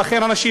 ולכן אנשים,